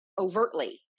overtly